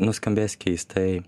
nuskambės keistai